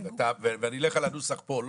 ואני אלך על הנוסח פה,